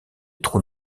trous